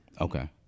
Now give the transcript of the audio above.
okay